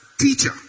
Teacher